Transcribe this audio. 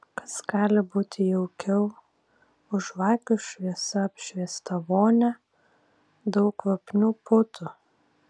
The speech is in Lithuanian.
kas gali būti jaukiau už žvakių šviesa apšviestą vonią daug kvapnių putų